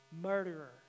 murderer